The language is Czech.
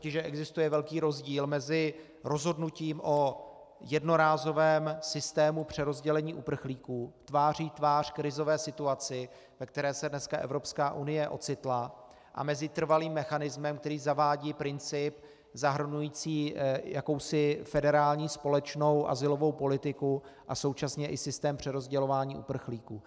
Myslím totiž, že existuje velký rozdíl mezi rozhodnutím o jednorázovém systému přerozdělení uprchlíků tváří v tvář krizové situaci, ve které se dnes Evropská unie ocitla, a trvalým mechanismem, který zavádí princip zahrnující jakousi federální společnou azylovou politiku a současně i systém přerozdělování uprchlíků.